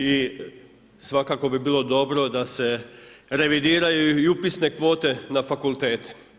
I svakako bi bilo dobro da se revidiraju i upisne kvote na fakultete.